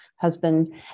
husband